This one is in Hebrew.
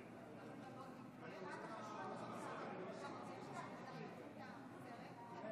התוצאות: 51